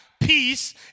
peace